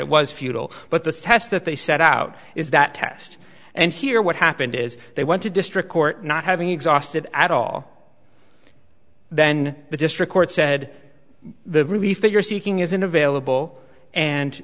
it was futile but the test that they set out is that test and here what happened is they went to district court not having exhausted at all then the district court said the relief that you're seeking isn't available and